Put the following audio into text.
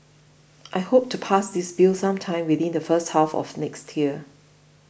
I hope to pass this bill sometime within the first half of next year